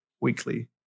weekly